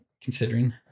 considering